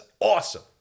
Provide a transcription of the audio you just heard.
awesome